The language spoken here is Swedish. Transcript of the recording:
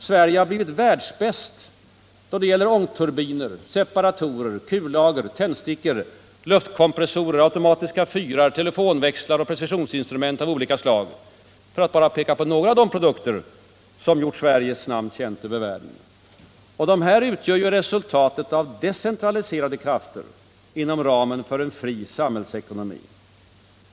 Sverige har blivit världsbäst då det gäller ångturbiner, separatorer, kullager, tändstickor, luftkompressorer, automatiska fyrar, telefonväxlar och precisionsinstrument av olika slag, för att bara peka på några av de produkter som gjort Sveriges namn känt över världen. De produkterna utgör resultatet av decentraliserade krafter inom ramen för en fri samhällsekonomi.